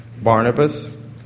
Barnabas